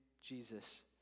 Jesus